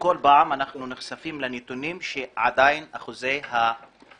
כל פעם אנחנו נחשפים לנתונים שמראים שעדיין אחוזי התעסוקה